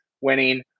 winning